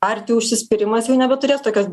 arti užsispyrimas jau nebeturės tokios